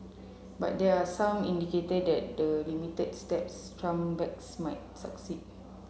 but there are some indicator that the limited steps Trump backs might succeed